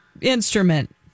instrument